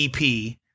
EP